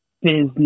business